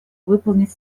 выполнить